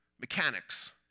mechanics